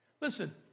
Listen